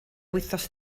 wythnos